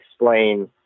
explain